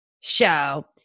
show